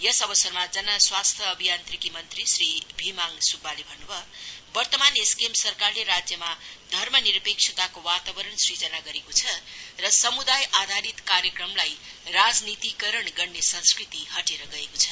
यस अवसरमा जनस्वास्थ्य अभियान्त्रिकी मन्त्री श्री भीमहाङ सुब्बाले भन्नु भयो वर्तमान एसकेएम सरकारले राज्यमा धर्म निरपेक्षताको वातावरण सृजना गरेको छ र समुदाय आधारित कार्यक्रमलाई राजनीतिकरण गर्ने संस्कृति हटेर गएको छ